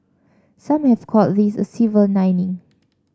some have called this a silver lining